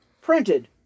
printed